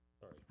Sorry